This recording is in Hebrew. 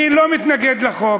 אני לא מתנגד לחוק.